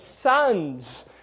sons